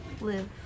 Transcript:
Live